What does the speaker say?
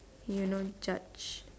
you know judge